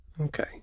Okay